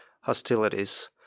hostilities